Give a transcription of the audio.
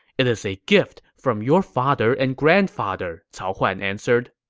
it's a gift from your father and grandfather, cao huan answered